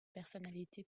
personnalités